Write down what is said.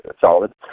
solid